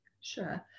Sure